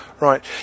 right